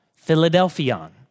Philadelphia